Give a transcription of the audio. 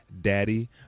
Daddy